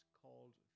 called